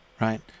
right